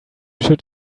should